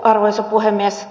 arvoisa puhemies